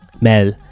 Mel